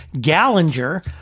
Gallinger